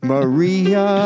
Maria